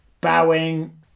Bowing